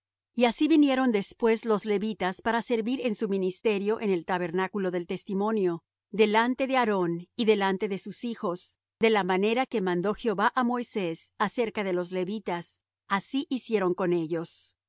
y así vinieron después los levitas para servir en su ministerio en el tabernáculo del testimonio delante de aarón y delante de sus hijos de la manera que mandó jehová á moisés acerca de los levitas así hicieron con ellos